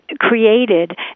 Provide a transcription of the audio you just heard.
created